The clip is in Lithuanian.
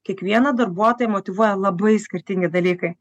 kiekvieną darbuotoją motyvuoja labai skirtingi dalykai